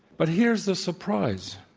but here's the surprise.